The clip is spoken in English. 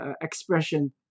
expression